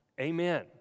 Amen